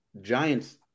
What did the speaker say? Giants –